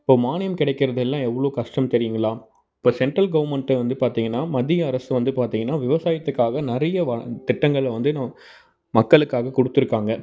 இப்போ மானியம் கிடைக்கிறதெல்லாம் எவ்வளோ கஷ்டம் தெரியுங்களா இப்போ சென்ட்ரல் கவர்மெண்ட்டை வந்து பார்த்தீங்கன்னா மத்திய அரசு வந்து பார்த்தீங்கன்னா விவசாயத்துக்காக நிறைய திட்டங்களை வந்து நம்ம மக்களுக்காக கொடுத்துருக்காங்க